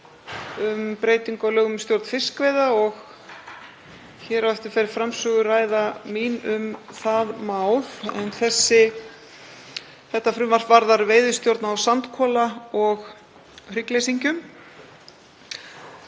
um breytingu á lögum um stjórn fiskveiða. Hér á eftir fer framsöguræða mín um málið. Þetta frumvarp varðar veiðistjórn á sandkola og hryggleysingjum.